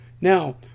Now